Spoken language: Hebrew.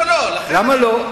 לא, לא, למה לא?